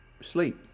sleep